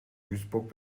duisburg